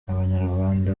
abanyarwanda